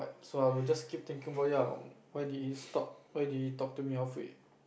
so I will just keep thinking about it ah why did he stop why did he talk to me halfway